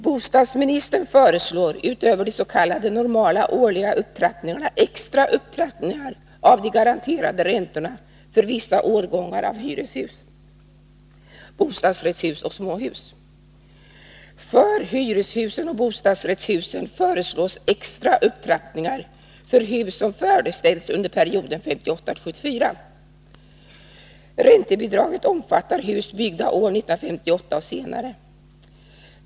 Bostadsministern föreslår utöver de s.k. normala årliga upptrappningarna extra upptrappningar av de garanterade räntorna för vissa årgångar av hyreshus, bostadsrättshus och småhus. För hyreshusen och bostadsrättshusen föreslås extra upptrappningar för hus som färdigställts under perioden 1958-1974. Räntebidragssystemet omfattar hus byggda år 1958 eller senare.